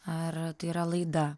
ar tai yra laida